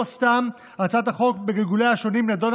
לא סתם הצעת החוק בגלגוליה השונים נדונה